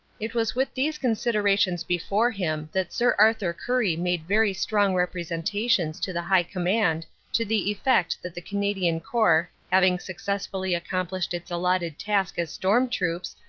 it was with these considerations before him that sir l rthur currie made very strong representations to the high command to the effect that the canadian corps having successfully accomplished its allotted task as storm troops,